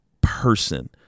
person